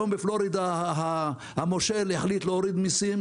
המושל בפלורידה החליט היום להוריד מיסים,